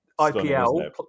IPL